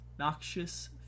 Noxious